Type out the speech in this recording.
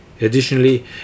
Additionally